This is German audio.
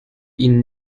ihnen